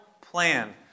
plan